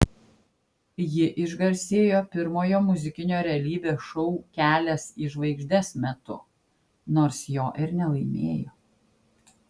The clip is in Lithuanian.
ji išgarsėjo pirmojo muzikinio realybės šou kelias į žvaigždes metu nors jo ir nelaimėjo